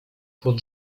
pod